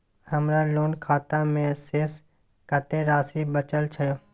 हमर लोन खाता मे शेस कत्ते राशि बचल छै?